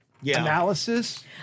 Analysis—